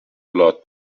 blood